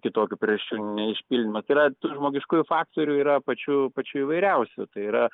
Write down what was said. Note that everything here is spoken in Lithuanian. kitokių priežasčių neišpildymas tai yra tų žmogiškųjų faktorių yra pačių pačių įvairiausių tai yra